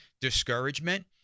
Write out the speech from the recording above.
discouragement